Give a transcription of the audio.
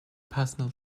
personal